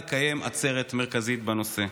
לקיים עצרת מרכזית בנושא.